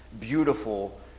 beautiful